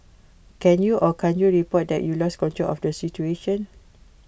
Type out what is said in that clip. can you or can't you report that you lost control of the situation